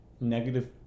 negative